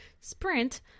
sprint